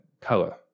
color